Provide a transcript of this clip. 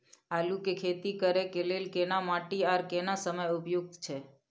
आलू के खेती करय के लेल केना माटी आर केना समय उपयुक्त छैय?